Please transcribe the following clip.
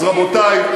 אז, רבותי,